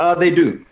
um they do.